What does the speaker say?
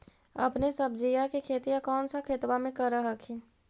अपने सब्जिया के खेतिया कौन सा खेतबा मे कर हखिन?